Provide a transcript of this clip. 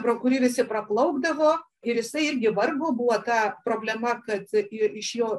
pro kurį visi praplaukdavo ir jisai irgi vargo buvo ta problema kad ir iš jo